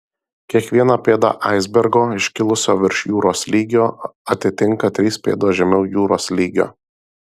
kiekvieną pėdą aisbergo iškilusio virš jūros lygio atitinka trys pėdos žemiau jūros lygio